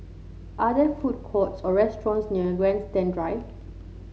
are there food courts or restaurants near Grandstand Drive